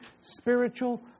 spiritual